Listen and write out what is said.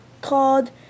called